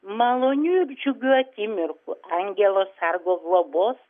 malonių ir džiugių akimirkų angelo sargo globos